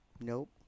Nope